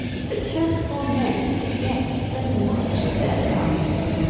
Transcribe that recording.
successful men forget so much of their lives!